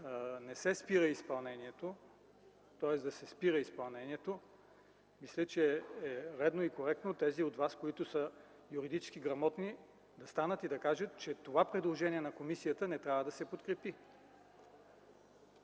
с второто предложение – да се спира изпълнението, мисля, че е редно и коректно тези от вас, които са юридически грамотни, да станат и да кажат, че това предложение на комисията не трябва да се подкрепи.